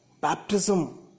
baptism